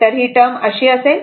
तर ही टर्म अशी असेल